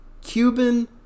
Cuban